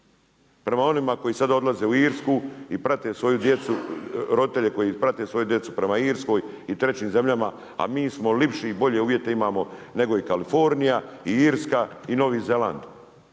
prema onima koji sada odlaze u Irsku i roditelji koji prate svoju djecu prema Irskoj i trećim zemljama, a mi smo lipši i bolje uvjete imamo nego i Kalifornija i Irska i Novi Zeland.